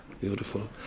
Beautiful